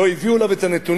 לא הביאו אליו את הנתונים,